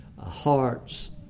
hearts